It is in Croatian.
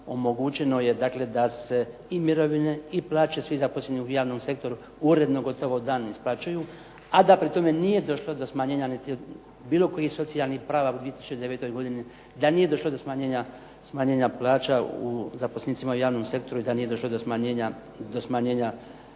omogućeno je dakle da se i mirovine i plaće svih zaposlenih u javnom sektoru uredno gotovo u dan isplaćuju, a da pri tome nije došlo do smanjenja niti od bilo kojih socijalnih prava u 2009. godini, da nije došlo do smanjenja plaća zaposlenicima u javnom sektoru i da nije došlo do smanjenja